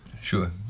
Sure